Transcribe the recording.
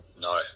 No